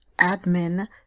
admin